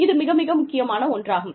இது மிக மிக முக்கியமான ஒன்றாகும்